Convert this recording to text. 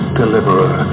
deliverer